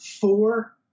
four